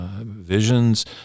visions